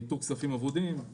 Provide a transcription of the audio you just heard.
איתור כספים אבודים,